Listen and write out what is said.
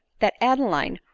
that adeline,